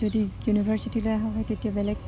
যদি ইউনিভাৰ্চিটিলৈ অহা হয় তেতিয়া বেলেগ